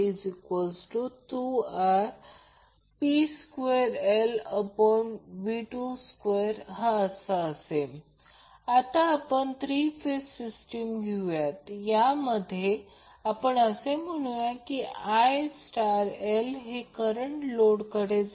आणि इथे देखील यामधील व्होल्टेज Vab आहे म्हणजे जे या बाजूला आहे ते Vab आहे हे R आहे तेथे काही व्होल्टेज आहे परंतु त्या फेजमध्ये म्हणजे या लोडमधील voltage line to line voltage हे VL अँगल 0o आहे आणि हे b ते c आहे ते VL अँगल 120o आहे